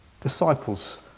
Disciples